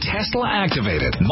Tesla-activated